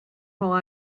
while